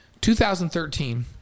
2013